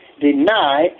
deny